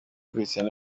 christiano